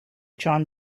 john